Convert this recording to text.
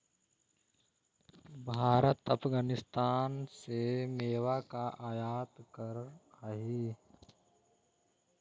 भारत अफगानिस्तान से मेवा का आयात करअ हई